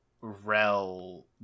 rel